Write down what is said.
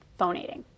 phonating